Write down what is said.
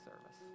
service